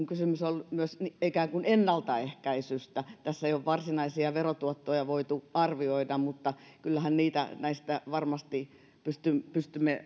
kysymys on myös ikään kuin ennaltaehkäisystä ei ole varsinaisia verotuottoja voitu arvioida mutta kyllähän niitä näistä varmasti pystymme pystymme